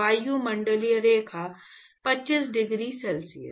वायुमंडल रेखा 25 degree Celsius